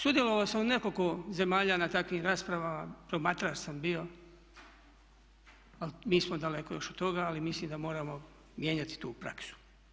Sudjelovao sam u nekoliko zemalja na takvim raspravama, promatrač sam bio ali mi smo daleko još od toga, ali mislim da moramo mijenjati tu praksu.